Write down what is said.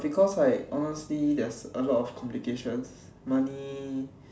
but because like honestly there's a lot of complications money